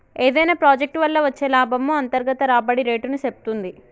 ఏదైనా ప్రాజెక్ట్ వల్ల వచ్చే లాభము అంతర్గత రాబడి రేటుని సేప్తుంది